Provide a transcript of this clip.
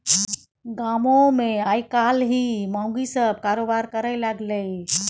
गामोमे आयकाल्हि माउगी सभ कारोबार करय लागलै